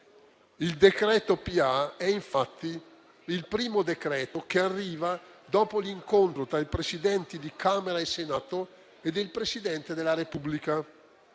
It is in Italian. amministrazione è infatti il primo decreto-legge che arriva dopo l'incontro tra i Presidenti di Camera e Senato e il Presidente della Repubblica.